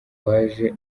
waje